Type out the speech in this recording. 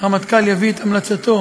יביא את המלצתו